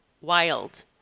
wild